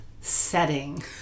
setting